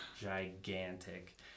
gigantic